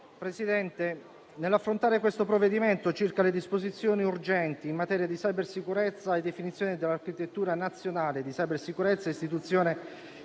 Presidente, nell'affrontare questo provvedimento circa le disposizioni urgenti in materia di cybersicurezza, la definizione dell'architettura nazionale di cybersicurezza e l'istituzione